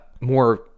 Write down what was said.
More